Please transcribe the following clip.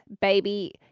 baby